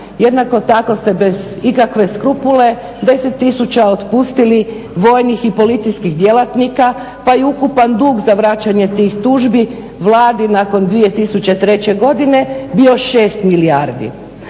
jednako tako ste bez ikakve skrupule 10 000 otpustili vojnih i policijskih djelatnika pa i ukupan dug za vraćanje tih tužbi Vladi nakon 2003. godine bio 6 milijardi,a